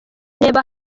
reba